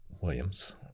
Williams